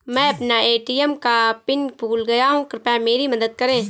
मैं अपना ए.टी.एम का पिन भूल गया हूं, कृपया मेरी मदद करें